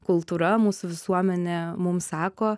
kultūra mūsų visuomenė mums sako